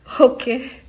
Okay